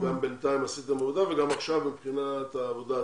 וגם בינתיים עשיתם עבודה וגם עכשיו מבחינת העבודה הזאת.